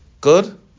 Good